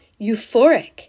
euphoric